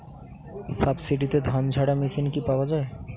সাবসিডিতে ধানঝাড়া মেশিন কি পাওয়া য়ায়?